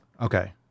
okay